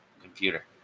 computer